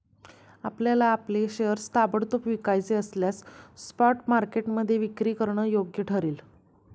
आपल्याला आपले शेअर्स ताबडतोब विकायचे असल्यास स्पॉट मार्केटमध्ये विक्री करणं योग्य ठरेल